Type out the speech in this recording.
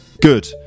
good